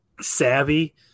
savvy